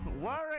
Worry